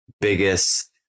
biggest